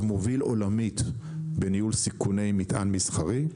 מוביל עולמי בניהול סיכוני מטען מסחרי,